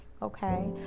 Okay